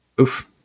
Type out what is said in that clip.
Oof